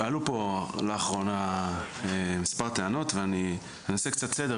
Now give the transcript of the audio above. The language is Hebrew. עלו פה לאחרונה מספר טענות ואני אעשה קצת סדר.